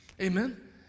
Amen